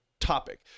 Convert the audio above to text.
topic